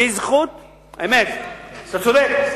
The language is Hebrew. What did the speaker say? אמת, אתה צודק.